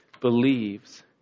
believes